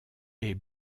est